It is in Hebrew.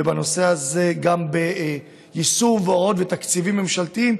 ובנושא הזה גם ביישום הוראות בתקציבים ממשלתיים,